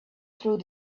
through